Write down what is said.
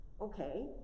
okay